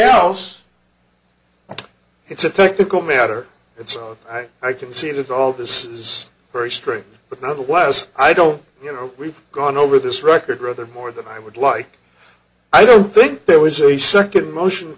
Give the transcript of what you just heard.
else it's a technical matter it's i i can see that all this is very strange but nonetheless i don't you know we've gone over this record rather more than i would like i don't think there was a second motion